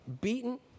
beaten